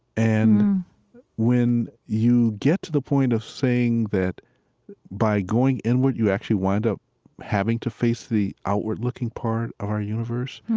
and when you get to the point of saying that by going inward, you actually wind up having to face the outward-looking part of our universe,